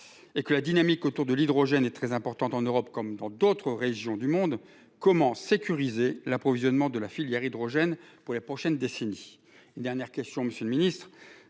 et que la dynamique autour de l'hydrogène est très importante, en Europe comme dans d'autres régions du monde, comment sécuriser l'approvisionnement de la filière hydrogène pour les prochaines décennies ? Enfin, sur les